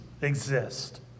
exist